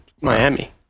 Miami